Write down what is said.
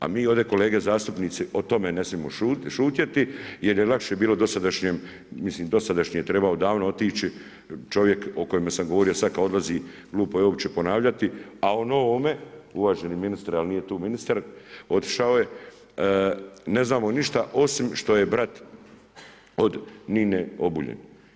A mi ovdje kolege zastupnici, o tome ne smijemo šutjeti, jer je lakše bilo dosadašnjem, mislim dosadašnji je trebao odavno otići, čovjek o kojemu sam govorio, sada kad odlazi glupo je uopće ponavljati, a o novome, uvaženi ministre, ali nije tu ministar, otišao je, ne znamo ništa osim što je brat od Nine Obuljen.